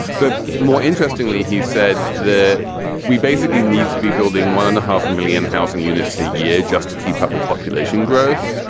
but more interestingly, he said that we basically need to be building one and a half million housing units a year just to keep up with population growth.